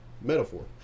Metaphor